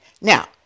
Now